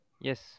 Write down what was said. Yes